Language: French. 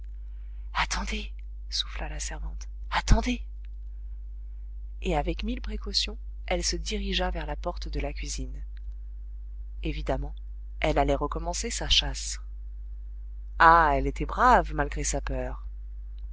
attendez souffla la servante attendez et avec mille précautions elle se dirigea vers la porte de la cuisine évidemment elle allait recommencer sa chasse ah elle était brave malgré sa peur